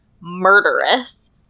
murderous